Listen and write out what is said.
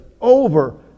over